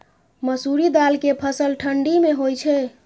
मसुरि दाल के फसल ठंडी मे होय छै?